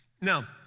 Now